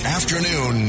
afternoon